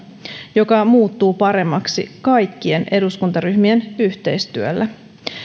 joka muuttuu paremmaksi kaikkien eduskuntaryhmien yhteistyöllä